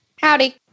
Howdy